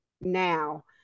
now